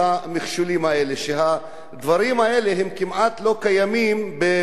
הדברים האלה כמעט לא קיימים במדינות אירופה למשל.